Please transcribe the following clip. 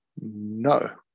no